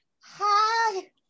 hi